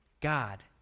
God